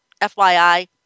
FYI